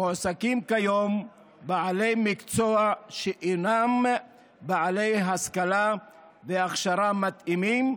מועסקים בעלי מקצוע שאינם בעלי השכלה והכשרה מתאימים,